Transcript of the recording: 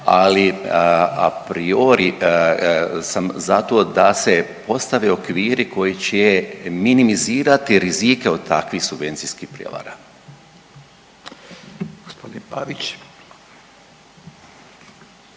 ali apriori sam za to da se ostave okrivi koji će minimizirati rizike od takvih subvencijskih prijevara.